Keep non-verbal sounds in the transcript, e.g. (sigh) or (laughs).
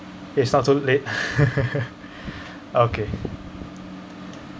it sounds so late (laughs) okay